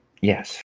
Yes